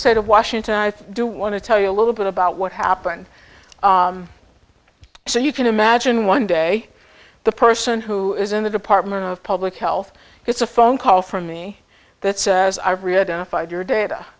state of washington i do want to tell you a little bit about what happened so you can imagine one day the person who is in the department of public health gets a phone call from me that says i've written a five year data